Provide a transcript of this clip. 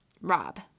Rob